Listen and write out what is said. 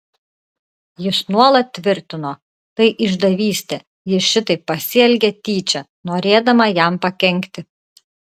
jis nuolat tvirtino tai išdavystė ji šitaip pasielgė tyčia norėdama jam pakenkti